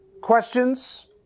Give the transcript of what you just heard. questions